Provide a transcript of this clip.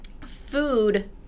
food